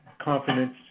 confidence